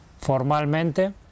formalmente